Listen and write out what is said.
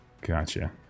Gotcha